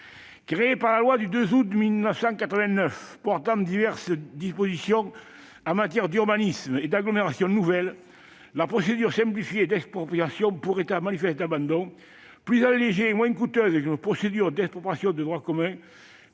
Créée par la loi du 2 août 1989 portant diverses dispositions en matière d'urbanisme et d'agglomérations nouvelles, la procédure simplifiée d'expropriation pour état d'abandon manifeste, plus allégée et moins coûteuse qu'une procédure d'expropriation de droit commun,